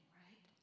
right